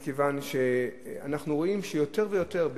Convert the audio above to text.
מכיוון שאנחנו רואים שיותר ויותר,